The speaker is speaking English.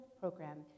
program